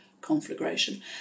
conflagration